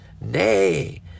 Nay